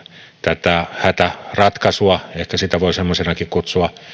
tätä hätäratkaisua ehkä sitä voi semmoiseksikin kutsua